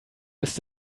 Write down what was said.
ist